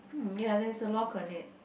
hmm ya there's a lock on it